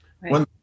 One